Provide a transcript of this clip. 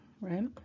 right